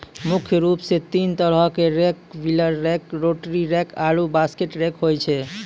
मुख्य रूप सें तीन तरहो क rake wheel rake, rotary rake आरु बास्केट रेक होय छै